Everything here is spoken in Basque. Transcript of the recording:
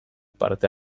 parte